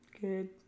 good